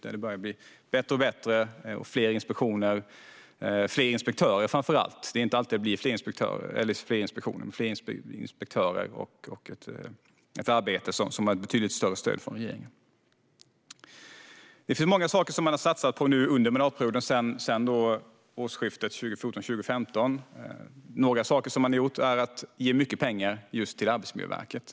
Det börjar bli bättre och fler inspektioner och framför allt fler inspektörer. Det är inte alltid det blir fler inspektioner, men det blir fler inspektörer och ett arbete som har betydligt större stöd från regeringen. Det finns många saker som man har satsat på under mandatperioden sedan årsskiftet 2014/15. Något som man gjort är att ge mycket pengar till Arbetsmiljöverket.